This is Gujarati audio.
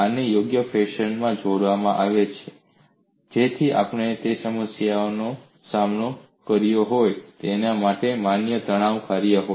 આને યોગ્ય ફેશનમાં જોડવામાં આવે છે જેથી આપણે જે સમસ્યાનો સામનો કર્યો હોય તેના માટે માન્ય તણાવ કાર્ય હોય